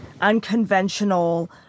unconventional